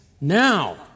Now